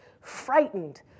frightened